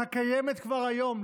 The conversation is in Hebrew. הקיימת כבר היום,